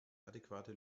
adäquate